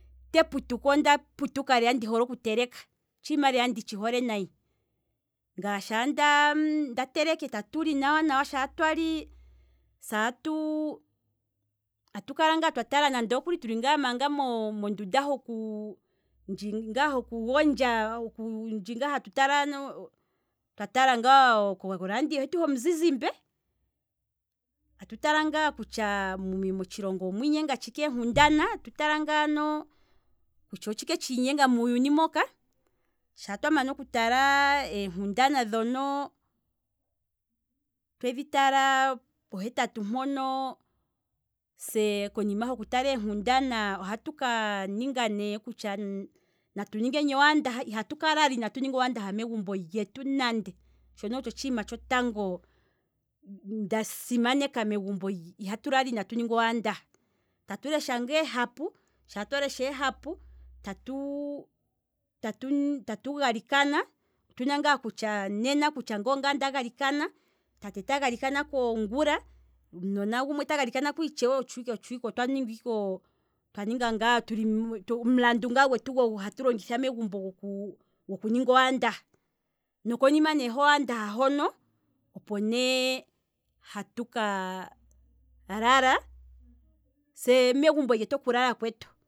Ngaye sho teputuka, onda putuka ndoole oku teleka, otshiima lela nditshi hole nayi. ngaye shaa ndamana oku teleka tatu li nawa nawa, shaa twali satuu atukala ngaa twatala manga tuli mondunda hoku gondja, ndji ngaa hoku gondja, ndji nga hatu tala, twa tala oradio hetu homu zizimbe, atu tala ngaa kutya motshilongo omwiinyenga tshike eenkundana, atu tala ngaano kutya otshike tshiinyenga muuyuni moka, shaa twa mana oku tala eenkundana dhono twedhi tala pohetatu mpono, se konima hoku tala eenkundana ohatu kaninga nee kutya natu ningeni owaandaha, ihatu kalala inatu ninga owaandaha megumbo lyetu mono nande, shono otsho otshiima tshotango nda simaneka megumbo, ihatu lala inatu ninga owaandaha, tatu lesha ngaa ehapu, sha twalesha ehapu, tatu tatu tatu galikana, otuna ngaa okutya nena ngeenge ongaye nda galikana, tate ta galikanako ngula, omunona gumwe taga likanako itshewe, otshwike otshwike, otwaninga ike, twaninga ngaa omulandu gwetu ogo hatu longitha megumbo goku goku ninga owaandaha, noko nima ne ho waandaha hono oko nee hatu kalala, se megumbo lyetu oku lala kwetu